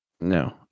no